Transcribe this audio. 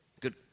good